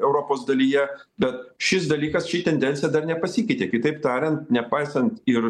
europos dalyje bet šis dalykas ši tendencija dar nepasikeitė kitaip tariant nepaisant ir